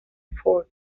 ford